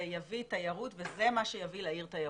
שזה יביא תיירות וזה מה שיביא לעיר תיירות.